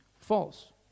false